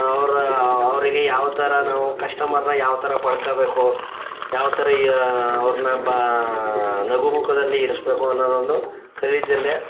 ಅವ್ರು ಅವರಿಗೆ ಯಾವ ಥರ ನಾವು ಕಸ್ಟಮರ್ನ ಯಾವ ಥರ ಪಡ್ಕೋಬೇಕು ಯಾವ ಥರ ಅವ್ರನ್ನ ಬಾ ನಗುಮುಖದಲ್ಲಿ ಇರಿಸ್ಬೇಕು ಅನ್ನೋದೊಂದು ಕಲಿಯದೆಲೆ